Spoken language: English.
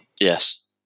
Yes